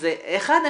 אז אחת,